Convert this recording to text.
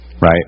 right